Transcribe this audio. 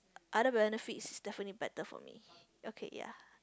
other benefits definitely better for me okay ya